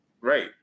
Right